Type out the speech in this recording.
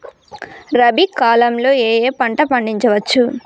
రబీ కాలంలో ఏ ఏ పంట పండించచ్చు?